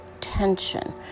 tension